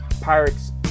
Pirates